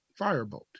fireboat